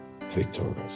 victorious